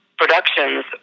productions